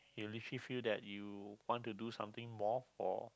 you literally feel that you want to do something more for